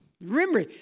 Remember